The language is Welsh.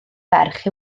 ferch